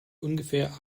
ungefähr